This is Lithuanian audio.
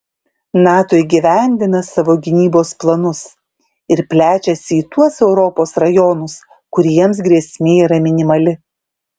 nato įgyvendina savo gynybos planus ir plečiasi į tuos europos rajonus kuriems grėsmė yra minimali